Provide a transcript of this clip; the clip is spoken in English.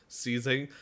seizing